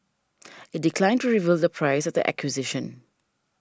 it declined to reveal the price of the acquisition